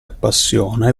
appassiona